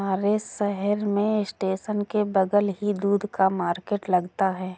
हमारे शहर में स्टेशन के बगल ही दूध का मार्केट लगता है